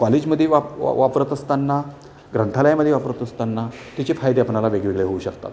कॉलेजमध्ये वाप वापरत असतांना ग्रंथालयामध्ये वापरत असतांना तिचे फायदे आपणाला वेगवेगळे होऊ शकतात